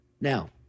Now